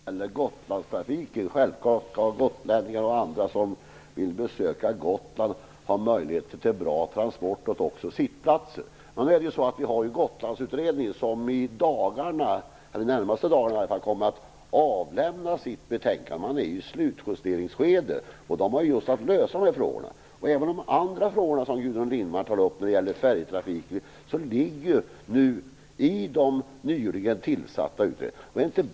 Herr talman! Jag har när det gäller Gotlandstrafiken ingen annan uppfattning än Gudrun Lindvall. Självklart skall gotlänningar och andra som vill besöka Gotland ha möjligheter till bra transporter och även att få sittplatser. Men Gotlandsutredningen kommer under de närmaste dagarna att avlämna sitt betänkande. Den är i slutjusteringsskedet, och den har i uppgift att lösa just dessa frågor. De andra frågor om färjetrafiken som Gudrun Lindvall tar upp ligger i den nyligen tillsatta utredningens uppgifter.